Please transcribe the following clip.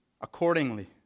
accordingly